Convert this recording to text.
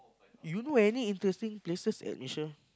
you know any interesting places at Malaysia